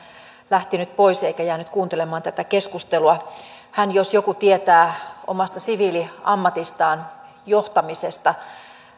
lähti nyt pois eikä jäänyt kuuntelemaan tätä keskustelua hän jos joku tietää omasta siviiliammatistaan johtamisesta